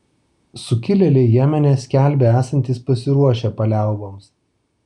sukilėliai jemene skelbia esantys pasiruošę paliauboms